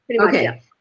Okay